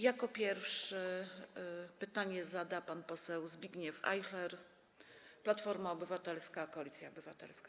Jako pierwszy pytanie zada pan poseł Zbigniew Ajchler, Platforma Obywatelska - Koalicja Obywatelska.